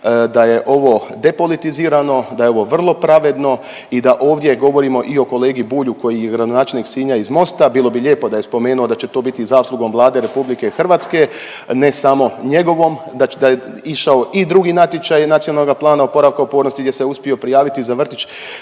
da je ovo depolitizirano, da je ovo vrlo pravedno i da ovdje govorimo i o kolegi Bulju koji je gradonačelnik Sinja iz Mosta, bilo bi lijepo da je spomenuo da će to biti zaslugom Vlade RH, ne samo njegovom, da je išao i drugi natječaj Nacionalnog plana oporavka i otpornosti gdje se uspio prijaviti za vrtić,